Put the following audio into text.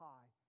High